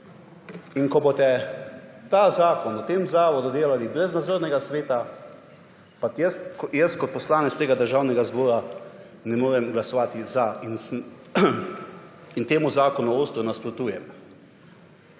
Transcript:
in ko boste v tem zavodu delali brez nadzornega sveta, pa jaz kot poslanec tega državnega zbora ne morem glasovati za in temu zakonu ostro nasprotujem.